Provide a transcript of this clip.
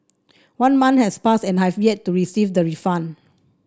one month has passed and I have yet to receive the refund